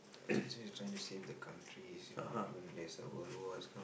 it's easy trying to save the countries you know even there's a world war this kind